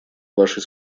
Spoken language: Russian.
вашей